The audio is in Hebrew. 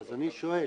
אז אני שואל